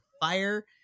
fire